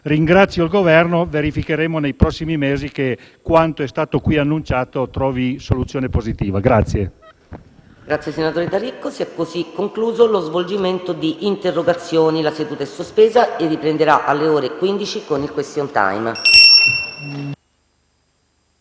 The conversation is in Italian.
Ringrazio il Governo e verificheremo nei prossimi mesi che quanto è stato qui annunciato trovi soluzione positiva.